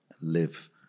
live